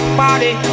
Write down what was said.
party